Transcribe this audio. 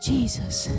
Jesus